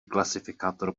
klasifikátor